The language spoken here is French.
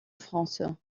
france